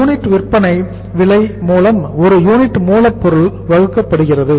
ஒரு யூனிட் விற்பனை விலை மூலம் ஒரு யூனிட் மூலப்பொருள் வகுக்கப்படுகிறது